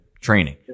training